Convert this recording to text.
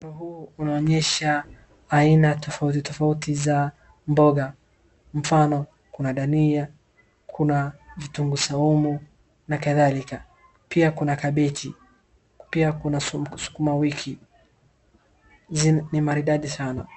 Mchoro huu unaonyesha aina tofauti tofauti za mboga, mfano kuna dania, kuna vitunguu saumu, na kadhalika. Pia kuna kabichi, pia kuna sukumawiki, ni maridadi sana.